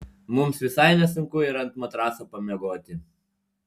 mums visai nesunku ir ant matraso pamiegoti